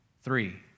Three